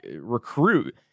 recruit